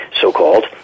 so-called